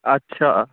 ਅੱਛਾ